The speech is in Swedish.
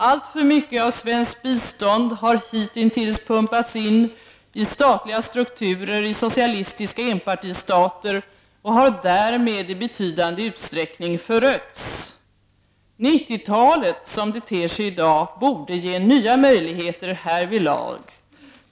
Alltför mycket av svenskt bistånd har ju hitintills pumpats in i statliga strukturer i socialistiska enpartistater och har därmed i betydande utsträckning förötts. 90-talet, som det ter sig i dag, borde ge nya möjligheter härvidlag.